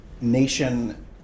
nation